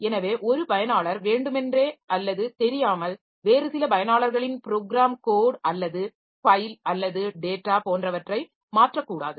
எனவே ஒரு பயனாளர் வேண்டுமென்றே அல்லது தெரியாமல் வேறு சில பயனாளர்களின் ப்ரோகிராம் கோட் அல்லது ஃபைல் அல்லது டேட்டா போன்றவற்றை மாற்றக்கூடாது